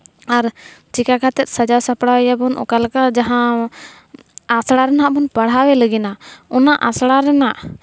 ᱟᱨ ᱪᱤᱠᱟᱹ ᱠᱟᱛᱮᱫ ᱥᱟᱡᱟᱣ ᱥᱟᱯᱲᱟᱣ ᱮᱭᱟᱵᱚᱱ ᱚᱠᱟ ᱞᱮᱠᱟ ᱡᱟᱦᱟᱸ ᱟᱥᱲᱟ ᱨᱮ ᱱᱟᱜ ᱵᱚᱱ ᱯᱟᱲᱦᱟᱣᱮ ᱞᱟᱹᱜᱤᱫ ᱚᱱᱟ ᱟᱥᱲᱟ ᱨᱮᱱᱟᱜ